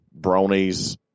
bronies